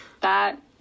that-